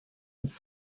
das